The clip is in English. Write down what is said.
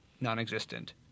non-existent